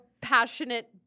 passionate